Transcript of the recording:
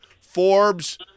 Forbes